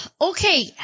Okay